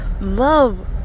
love